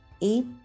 eight